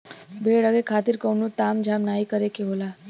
भेड़ रखे खातिर कउनो ताम झाम नाहीं करे के होला